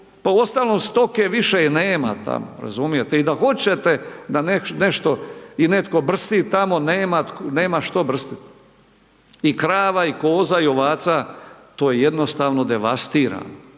Pa uostalom stoke više nema tamo razumijete i da hoćete da nešto i netko brsti tamo, nema što brstit. I krava i koza i ovaca to je jednostavno devastirano